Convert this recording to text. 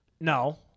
No